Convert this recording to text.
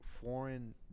foreign